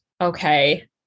okay